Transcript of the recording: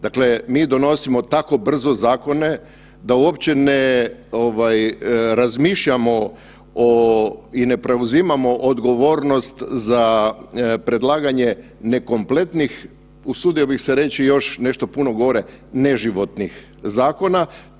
Dakle, mi donosimo tako brzo zakone da uopće ne ovaj razmišljamo o, i ne preuzimamo odgovornost za predlaganje nekompletnih usudio bih se reći još nešto puno gore, neživotnih zakona.